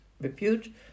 repute